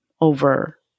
over